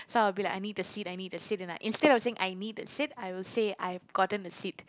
so I'll be like I need a seat I need a seat instead of I need a seat I would say I've gotten a seat